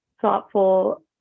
thoughtful